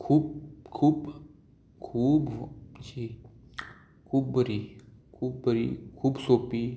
खूब खूब खूब अशी खूब बरी खूब बरी खूब सोंपी